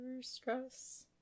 stress